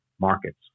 markets